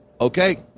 okay